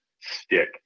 stick